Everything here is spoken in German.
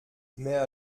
mehr